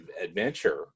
adventure